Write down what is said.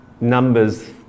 numbers